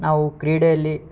ನಾವು ಕ್ರೀಡೆಯಲ್ಲಿ